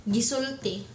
Gisulti